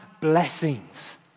blessings